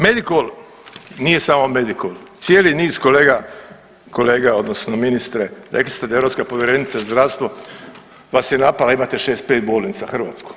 Medikol nije samo Medikol, cijeli niz kolega, kolega odnosno ministre rekli ste da europska povjerenica za zdravstvo vas je napala imate 65 bolnica u Hrvatskoj.